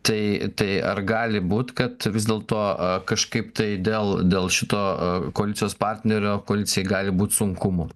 tai tai ar gali būt kad vis dėlto kažkaip tai dėl dėl šito koalicijos partnerio koalicijai gali būt sunkumų